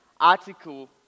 Article